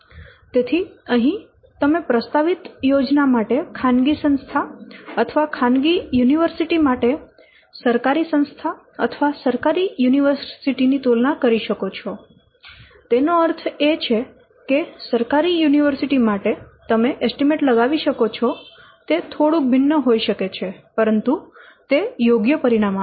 તેથી અહીં તમે પ્રસ્તાવિત યોજના માટે ખાનગી સંસ્થા અથવા ખાનગી યુનિવર્સિટી માટે સરકારી સંસ્થા અથવા સરકારી યુનિવર્સિટી ની તુલના કરી શકો છો તેનો અર્થ એ કે સરકારી યુનિવર્સિટી માટે તમે એસ્ટીમેટ લગાવી શકો છો તે થોડુંક ભિન્ન હોઈ શકે છે પરંતુ તે યોગ્ય પરિણામ આપે છે